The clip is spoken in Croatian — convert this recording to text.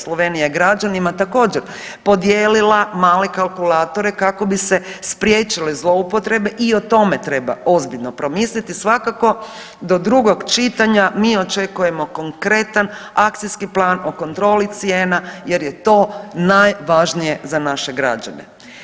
Slovenija je građanima također podijelila male kalkulatore kako bi se spriječile zloupotrebe i o tome treba ozbiljno promisliti svakako do drugog čitanja mi očekujemo korektan akcijski plan o kontroli cijena jer je to najvažnije za naše građane.